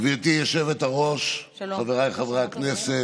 גברתי היושבת-ראש, חבריי חברי הכנסת,